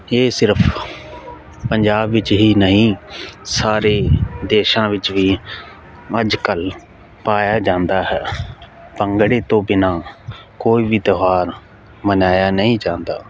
ਇਹ ਸਿਰਫ ਪੰਜਾਬ ਵਿੱਚ ਹੀ ਨਹੀਂ ਸਾਰੇ ਦੇਸ਼ਾਂ ਵਿੱਚ ਵੀ ਅੱਜ ਕੱਲ੍ਹ ਪਾਇਆ ਜਾਂਦਾ ਹੈ ਭੰਗੜੇ ਤੋਂ ਬਿਨਾ ਕੋਈ ਵੀ ਤਿਉਹਾਰ ਮਨਾਇਆ ਨਹੀਂ ਜਾਂਦਾ